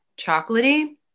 chocolatey